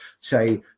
say